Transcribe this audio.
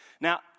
Now